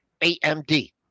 AMD